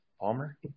Palmer